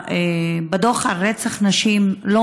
בדוח על רצח נשים לא